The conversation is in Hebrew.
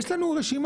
יש לנו רשימה,